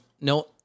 no